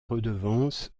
redevance